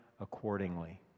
accordingly